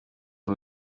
aho